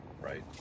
right